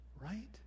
right